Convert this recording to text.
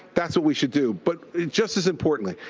that's what we should do. but just as importantly,